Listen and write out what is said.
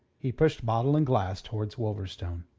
he pushed bottle and glass towards wolverstone.